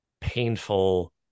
painful